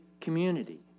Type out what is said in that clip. community